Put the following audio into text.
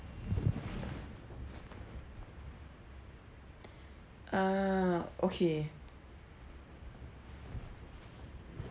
ah okay